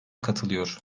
katılıyor